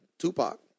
Tupac